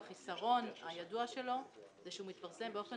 החיסרון הידוע שלו זה שהוא מתפרסם באופן